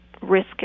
risk